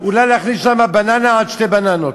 אולי להכניס שם בננה עד שתי בננות,